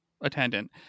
attendant